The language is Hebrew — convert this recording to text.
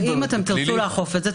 אם אתם תרצו לאכוף את זה,